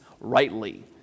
rightly